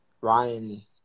Ryan